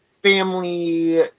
family